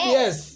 yes